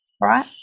right